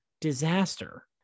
disaster